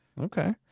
Okay